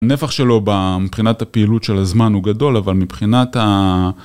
הנפח שלו מבחינת הפעילות של הזמן הוא גדול, אבל מבחינת ה...